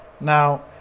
Now